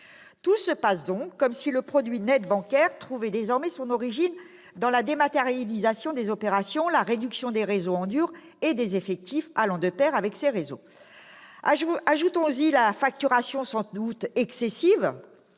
Tout se passe donc comme si le produit net bancaire trouvait désormais son origine dans la dématérialisation des opérations, la réduction des réseaux « en dur » et des effectifs allant de pair avec ces réseaux. Ajoutons-y la facturation sans doute excessive